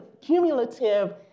cumulative